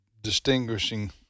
distinguishing